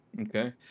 Okay